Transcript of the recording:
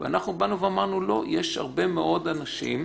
אנחנו ואמרנו: לא, יש הרבה מאוד אנשים,